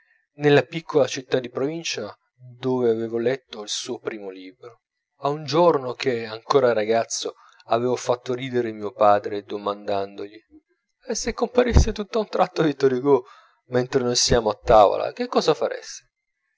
nella piccola città di provincia dove avevo letto il suo primo libro a un giorno che ancora ragazzo avevo fatto ridere mio padre domandandogli e se comparisse tutt'a un tratto vittor hugo mentre noi siamo a tavola che cosa faresti